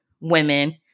women